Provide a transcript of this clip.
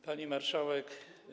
Pani Marszałek!